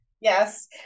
Yes